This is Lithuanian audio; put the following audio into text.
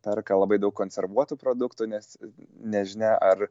perka labai daug konservuotų produktų nes nežinia ar